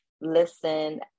listen